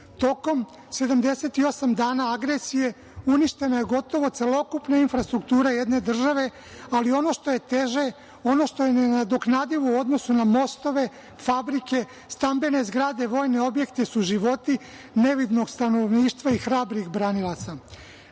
Tokom 78 dana agresije uništena je gotovo celokupna infrastruktura jedne države, ali ono što je teže, ono što je nenadoknadivo u odnosu na mostove, fabrike, stambene zgrade, vojne objekte su životi nevinog stanovništva i hrabrih branilaca. Nema